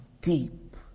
deep